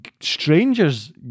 strangers